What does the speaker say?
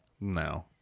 No